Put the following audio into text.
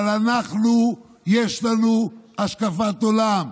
אבל אנחנו, יש לנו השקפת עולם,